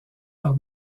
par